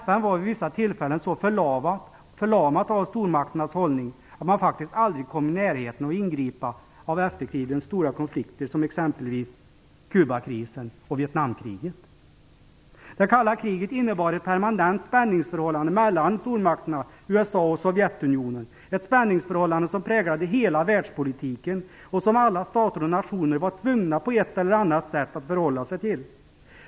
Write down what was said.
FN var vid vissa tillfällen så förlamat av stormakternas hållning att man faktiskt aldrig kom i närheten av att ingripa i efterkrigstidens stora konflikter. Exempel på detta är Kubakrisen och Vietnamkriget. Det kalla kriget innebar ett permanent spänningsförhållande mellan stormakterna USA och Sovjetunionen. Det var ett spänningsförhållande som präglade hela världspolitiken och som alla stater och nationer var tvungna att på ett eller annat sätt förhålla sig till.